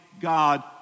God